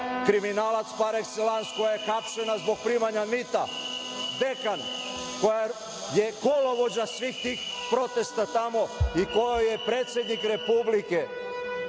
kriminalac par ekselans, koja je hapšena zbog primanja mita, dekan, koja je kolovođa svih tih protesta tamo i koju je predsednik Republike